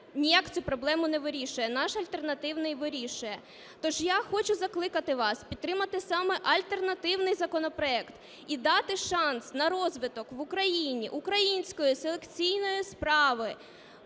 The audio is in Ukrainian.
ніяк цю проблему не вирішує, а наш альтернативний вирішує. Тож я хочу закликати вас підтримати саме альтернативний законопроект і дати шанс на розвиток в Україні української селекційної справи,